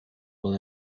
will